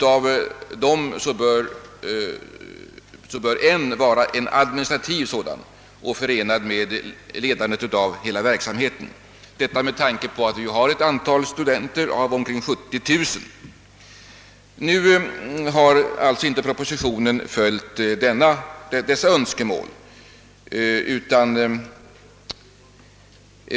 Av dem bör en tjänst vara administrativ och förenad med ledandet av hela verksamheten, detta med tanke på att antalet studenter är omkring 70 000. Propositionen har inte tagit hänsyn till dessa önskemål.